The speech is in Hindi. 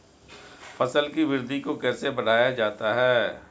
फसल की वृद्धि को कैसे बढ़ाया जाता हैं?